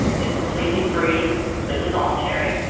it's completely free, completely voluntary.